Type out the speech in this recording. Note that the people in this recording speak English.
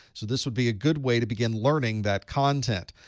so this would be a good way to begin learning that content.